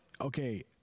okay